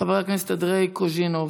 חבר הכנסת אנדרי קוז'ינוב.